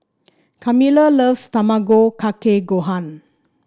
Carmela loves Tamago Kake Gohan